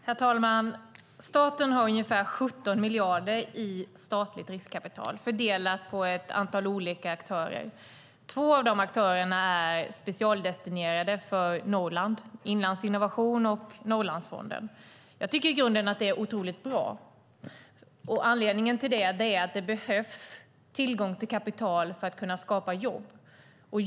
Herr talman! Staten har ungefär 17 miljarder i statligt riskkapital fördelat på ett antal olika aktörer. Två av de aktörerna är specialdestinerade för Norrland - Inlandsinnovation och Norrlandsfonden. Jag tycker i grunden att det är otroligt bra, och anledningen till det är att det behövs tillgång till kapital för att man ska kunna skapa jobb.